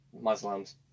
Muslims